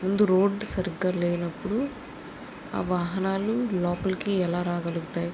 ముందు రోడ్ సరిగ్గా లేనప్పుడు ఆ వాహనాలు లోపలికి ఎలా రాగలుగుతాయి